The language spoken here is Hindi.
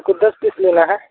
हमको दस पीस लेना है